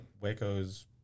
Waco's